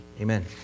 Amen